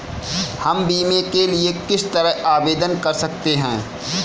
हम बीमे के लिए किस तरह आवेदन कर सकते हैं?